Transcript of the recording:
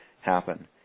happen